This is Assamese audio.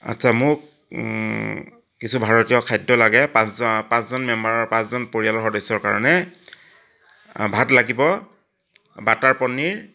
আচ্ছা মোক কিছু ভাৰতীয় খাদ্য লাগে পাঁচজন পাঁচজন মেম্বাৰ পাঁচজন পৰিয়ালৰ সদস্যৰ কাৰণে ভাত লাগিব বাটাৰ পনীৰ